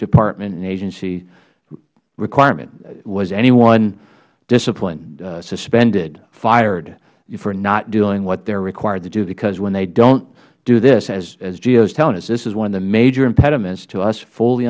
department and agency requirement was anyone disciplined suspended fired for not doing what they are required to do because when they don't do this as gao is telling us this is one of the major impediments to us fully